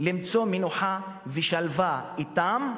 למצוא מנוחה ושלווה אתם,